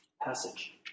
passage